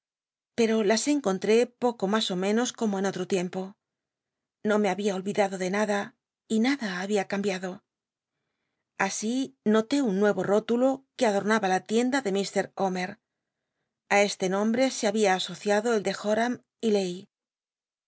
jlcro las encontré poco ma ú menos como en otro tienpo no me había olvidado de nada y nada había cambiado así noté un nue o rótulo que adornaba la tienda de mr omm este nombre se babia asociado el dc jora m y leí